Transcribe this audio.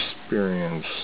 experience